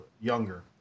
younger